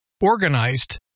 organized